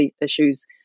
issues